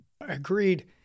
agreed